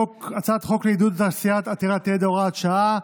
הצעת חוק לעידוד תעשייה עתירת ידע (הוראת שעה).